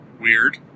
weird